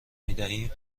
میدهیم